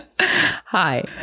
Hi